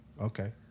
Okay